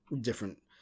different